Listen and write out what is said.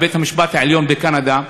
בבית-המשפט העליון בקנדה,